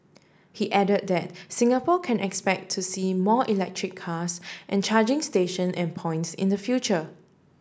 he added that Singapore can expect to see more electric cars and charging station and points in the future